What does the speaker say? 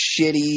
shitty